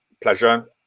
pleasure